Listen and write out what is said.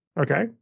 Okay